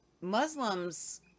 Muslims